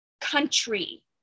country